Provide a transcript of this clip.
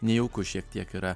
nejauku šiek tiek yra